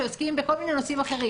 שעוסקים בכל מיני נושאים אחרים.